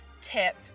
tip